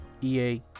EA